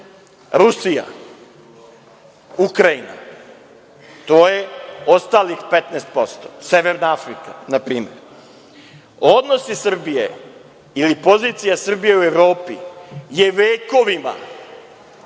Rusija, Ukrajina. To je ostalih 15%. Kao i Severna Afrika, na primer. Odnosi Srbije ili pozicija Srbije u Evropi je vekovima